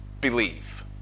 believe